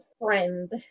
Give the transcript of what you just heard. friend